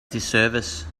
disservice